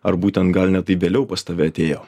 ar būtent gal net tai vėliau pas tave atėjo